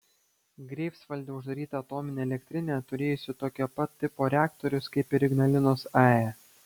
greifsvalde uždaryta atominė elektrinė turėjusi tokio pat tipo reaktorius kaip ir ignalinos ae